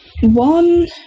one